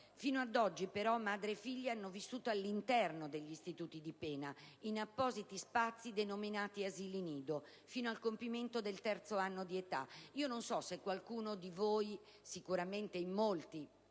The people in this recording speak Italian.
Fino ad oggi, però, madre e figlio hanno vissuto all'interno degli istituti di pena, in appositi spazi denominati asili nido, fino al compimento del terzo anno di età. Non so quanti di voi (certamente molti),